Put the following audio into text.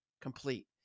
complete